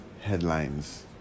headlines